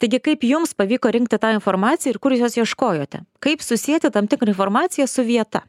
taigi kaip jums pavyko rinkti tą informaciją ir kur jūs jos ieškojote kaip susieti tam tikrą informaciją su vieta